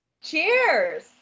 cheers